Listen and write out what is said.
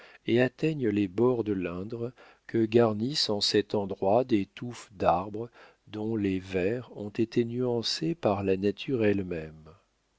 et atteignent les bords de l'indre que garnissent en cet endroit des touffes d'arbres dont les verts ont été nuancés par la nature elle-même